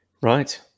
right